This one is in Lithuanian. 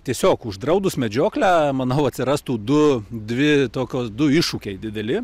tiesiog uždraudus medžioklę manau atsirastų du dvi tokios du iššūkiai dideli